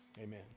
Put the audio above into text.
Amen